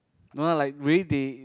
no lah like way they